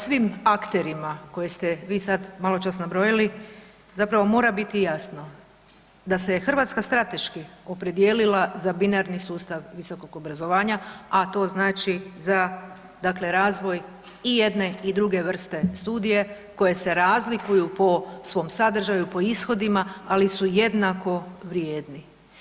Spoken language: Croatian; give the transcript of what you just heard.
Svim akterima koje ste vi sad maločas nabrojali, zapravo mora biti jasno da se Hrvatska strateški opredijelila za binarni sustav visokog obrazovanja, a to znači za dakle razvoj i jedne i druge vrste studija koje se razlikuju po svom sadržaju, po ishodima, ali su jednako vrijedni.